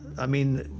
i mean,